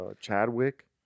Chadwick